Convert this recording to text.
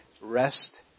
rest